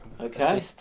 Okay